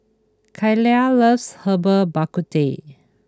Kaila loves Herbal Bak Ku Teh